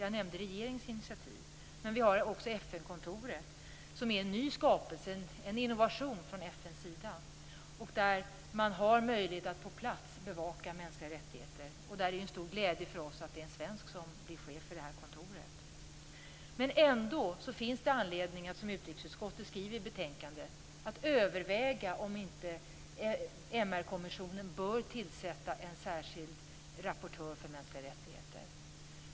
Jag nämnde regeringens initiativ, men vi har också FN-kontoret, som är en ny skapelse, en innovation från FN:s sida. Där har man möjlighet att på plats bevaka mänskliga rättigheter, och det är en stor glädje för oss att det är en svensk som blir chef för det här kontoret. Men ändå finns det anledning att, som utrikesutskottet skriver i betänkandet, överväga om inte MR-kommissionen bör tillsätta en särskild rapportör för mänskliga rättigheter.